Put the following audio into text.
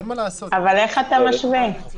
איך אתה משווה?